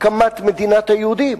הקמת מדינת היהודים.